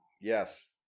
Yes